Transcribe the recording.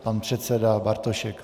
Pan předseda Bartošek.